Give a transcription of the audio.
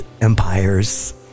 empires